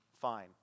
fine